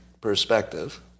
perspective